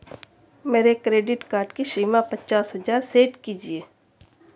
मेरे credit card की सीमा पचास हजार सेट कीजिए